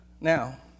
Now